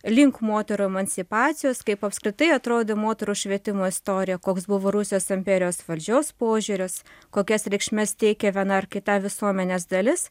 link moterų emancipacijos kaip apskritai atrodė moterų švietimo istorija koks buvo rusijos imperijos valdžios požiūris kokias reikšmes teikė viena ar kita visuomenės dalis